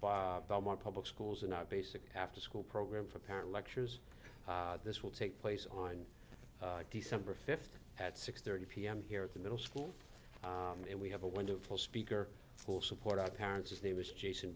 our public schools in our basic afterschool program for parent lectures this will take place on december fifth at six thirty pm here at the middle school and we have a wonderful speaker for support our parents his name is jason